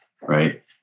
right